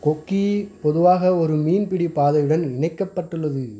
கொக்கி பொதுவாக ஒரு மீன்பிடி பாதையுடன் இணைக்கப்பட்டுள்ளது